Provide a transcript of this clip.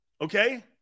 Okay